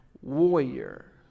warrior